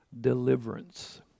deliverance